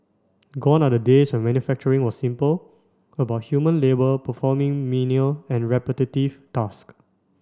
gone are the days when manufacturing was simple about human labour performing menial and repetitive tasks